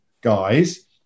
guys